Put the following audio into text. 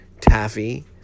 taffy